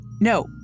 No